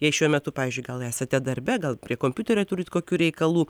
jei šiuo metu pavyzdžiui gal esate darbe gal prie kompiuterio turit kokių reikalų